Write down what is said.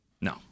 No